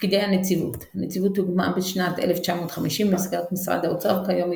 תפקידי הנציבות הנציבות הוקמה בשנת 1950 במסגרת משרד האוצר וכיום היא